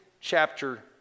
chapter